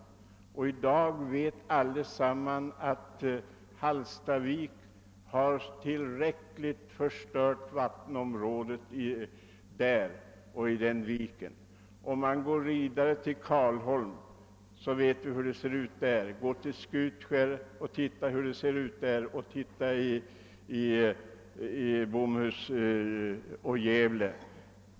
I dag kan vi alla konstatera hur vattnet har förstörts vid Hallstavik. Och hur ser det ut, när vi kommer till Karlholm, till Skutskär eller till Bomhus vid Gävle?